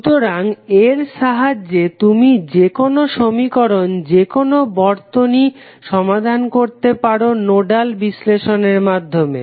সুতরাং এর সাহায্যে তুমি যেকোনো সমীকরণ যেকোনো বর্তনী সমাধান করতে পারো নোডাল বিশ্লেষণের মাধ্যমে